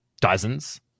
dozens